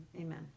amen